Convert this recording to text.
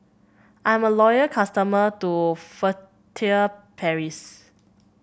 I'm a loyal customer to Furtere Paris